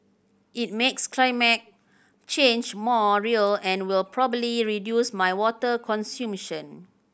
it makes climate change more real and will probably reduce my water consumption